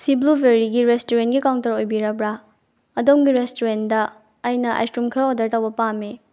ꯁꯤ ꯕ꯭ꯂꯨ ꯕꯦꯔꯤꯒꯤ ꯔꯦꯁꯇꯨꯔꯦꯟꯒꯤ ꯀꯥꯎꯟꯇꯔ ꯑꯣꯏꯕꯤꯔꯕ꯭ꯔꯥ ꯑꯗꯣꯝꯒꯤ ꯔꯦꯁꯇꯨꯔꯦꯟꯗ ꯑꯩꯅ ꯑꯥꯏꯁ ꯀ꯭ꯔꯤꯝ ꯈꯔ ꯑꯣꯔꯗꯔ ꯇꯧꯕ ꯄꯥꯝꯃꯤ